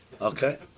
Okay